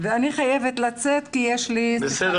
אני חייבת לצאת כי יש לי ישיבת ועדה.